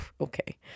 okay